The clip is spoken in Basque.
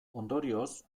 ondorioz